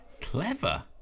clever